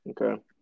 Okay